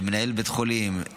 מנהל בית חולים,